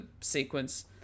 sequence